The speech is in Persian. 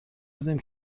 بودیم